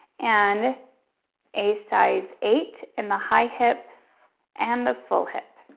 and a size eight in the high hip and the full hip.